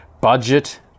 budget